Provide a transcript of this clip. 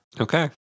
Okay